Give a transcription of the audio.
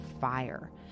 fire